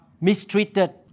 mistreated